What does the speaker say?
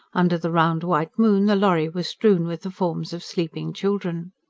under the round white moon, the lorry was strewn with the forms of sleeping children.